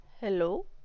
hello